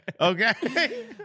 Okay